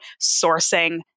sourcing